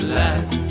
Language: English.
life